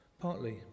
Partly